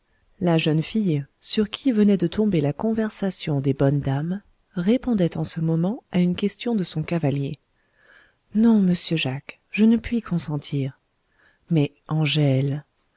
la jeune fille sur qui venait de tomber la conversation des bonnes dames répondait en ce moment à une question de son cavalier non monsieur jacques je ne puis consentir mais angèle